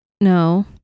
no